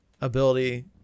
ability